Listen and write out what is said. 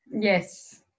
Yes